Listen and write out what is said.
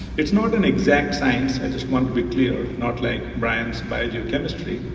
it's not an exact science, i just want to be clear, not like biogeochemistry.